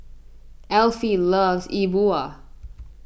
Elfie loves E Bua